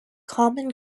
common